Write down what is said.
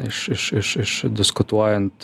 iš iš iš iš diskutuojant